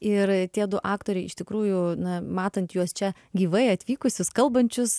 ir tie du aktoriai iš tikrųjų na matant juos čia gyvai atvykusius kalbančius